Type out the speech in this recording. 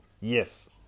Yes